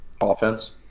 offense